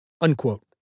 unquote